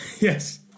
yes